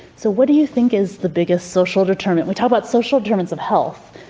so what do you think is the biggest social determinant? we talked about social determinant of health,